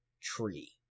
tree